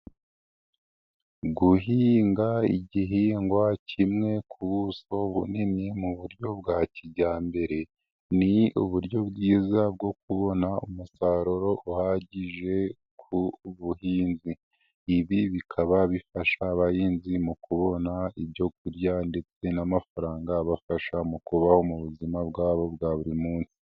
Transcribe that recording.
Guhinga igihingwa kimwe ku buso bunini mu buryo bwa kijyambere, ni uburyo bwiza bwo kubona umusaruro uhagije ku buhinzi. Ibi bikaba bifasha abahinzi mu kubona ibyo kurya ndetse n'amafaranga abafasha mu kubaho mu buzima bwabo bwa buri munsi.